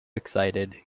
excited